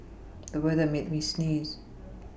the weather made me sneeze